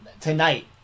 tonight